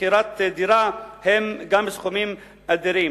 שכירת דירה הם גם סכומים אדירים.